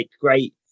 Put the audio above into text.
great